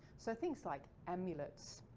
so things like amulets,